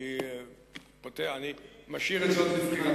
אני משאיר את זאת לבחירתך.